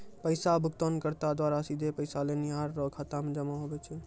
पैसा भुगतानकर्ता द्वारा सीधे पैसा लेनिहार रो खाता मे जमा हुवै छै